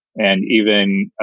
and even,